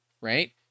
right